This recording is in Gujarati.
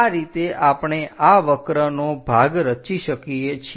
આ રીતે આપણે આ વક્રનો ભાગ રચી શકીએ છીએ